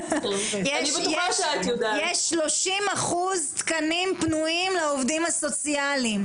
יש שלושים אחוז תקנים פנויים לעובדים הסוציאליים.